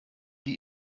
die